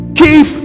keep